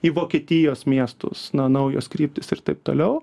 į vokietijos miestus na naujos kryptys ir taip toliau